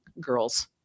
girls